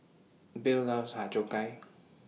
Bill loves Har Cheong Gai